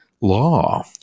law